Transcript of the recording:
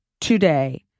today